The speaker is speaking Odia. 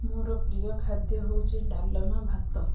ମୋର ପ୍ରିୟ ଖାଦ୍ୟ ହେଉଛି ଡାଲମା ଭାତ